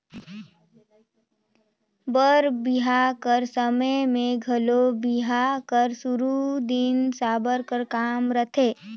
बर बिहा कर समे मे घलो बिहा कर सुरू दिन साबर कर काम रहथे